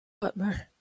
Butler